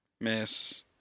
Miss